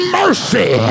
mercy